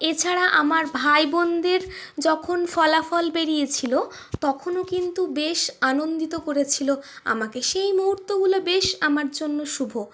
এছাড়া আমার ভাই বোনদের যখন ফলাফল বেরিয়েছিল তখনও কিন্তু বেশ আনন্দিত করেছিল আমাকে সেই মুহূর্তগুলো বেশ আমার জন্য শুভ